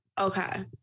Okay